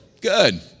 good